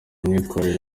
myitwarire